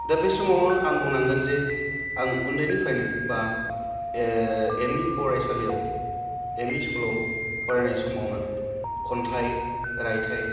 दा बे समावनो आं बुंनांगोन जे आं उन्दैनिफ्रायनो बा एम इ फरायसालियाव एम इ स्कुलाव फरायनाय समावनो खन्थाइ रायथाइ